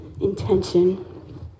intention